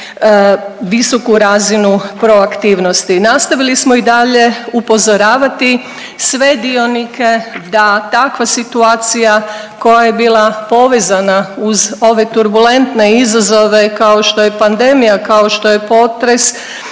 visoku razinu proaktivnosti. Nastavili smo i dalje upozoravati sve dionike d takva situacija koja je bila povezana uz ove turbulentne izazove kao što je pandemija, kao što je potres